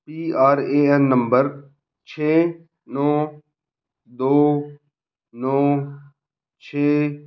P R A N number ਛੇ ਨੌ ਦੋ ਨੌ ਛੇ